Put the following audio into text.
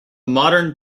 modern